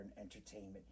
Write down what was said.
entertainment